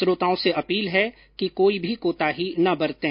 श्रोताओं से अपील है कि कोई भी कोताही न बरतें